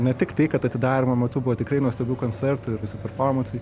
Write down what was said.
ne tiktai kad atidarymo metu buvo tikrai nuostabių koncertų ir visi performansai